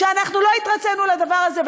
שאנחנו לא התרצינו לדבר הזה,